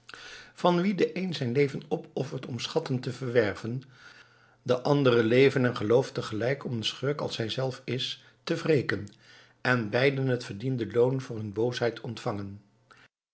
van wie de een zijn leven opoffert om schatten te verwerven de andere leven en geloof te gelijk om een schurk als hij zelf is te wreken en beiden het verdiende loon voor hun boosheid ontvangen